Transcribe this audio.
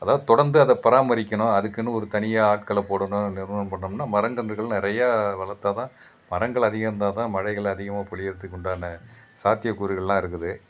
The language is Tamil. அதாவது தொடர்ந்து அதை பராமரிக்கணும் அதுக்குன்னு ஒரு தனியாக ஆட்களை போடணும் நிர்வாகம் பண்ணோம்னால் மரம் கன்றுகள் நிறையா வளர்த்தாதான் மரங்கள் அதிகம் இருந்தால்தான் மழைகள் அதிகமாக பொழியிறத்துக்கு உண்டான சாத்தியக் கூறுகள்லாம் இருக்குது